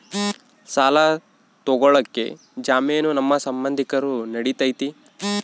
ಸಾಲ ತೊಗೋಳಕ್ಕೆ ಜಾಮೇನು ನಮ್ಮ ಸಂಬಂಧಿಕರು ನಡಿತೈತಿ?